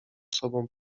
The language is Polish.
sobą